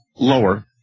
lower